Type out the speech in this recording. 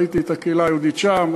ראיתי את הקהילה היהודית שם,